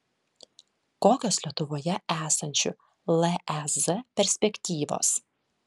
kokios lietuvoje esančių lez perspektyvos